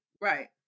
Right